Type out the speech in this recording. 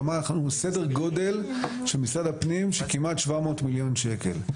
כלומר סדר גודל משרד הפנים של כמעט 700 מיליון שקלים.